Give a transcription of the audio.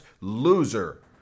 Loser